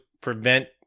prevent